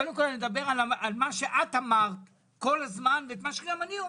קודם כל אני מדבר על מה שאת אמרת כל הזמן ומה שגם אני אומר.